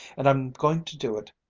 and i'm going to do it,